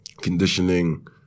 conditioning